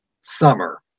summer